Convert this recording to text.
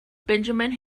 benjamin